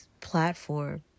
platform